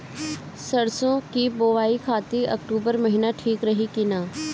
सरसों की बुवाई खाती अक्टूबर महीना ठीक रही की ना?